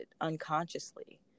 unconsciously